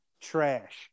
Trash